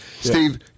Steve